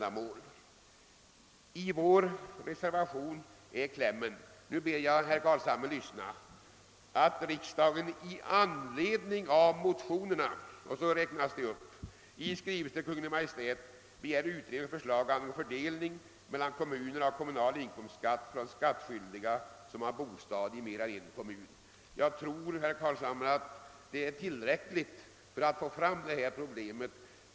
I klämmen till vår reservation föreslår vi — och nu ber jag att herr Carlshamre lyssnar — att riksdagen i anledning av motionerna i skrivelse till Kungl. Maj:t skall begära »utredning och förslag angående fördelning mellan kommuner av kommunal inkomstskatt från skattskyldiga som har bostad i mer än en kommun». Jag tror, herr Carlshamre, att detta är tillräckligt för att man skall uppmärksamma problemet.